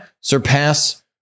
surpass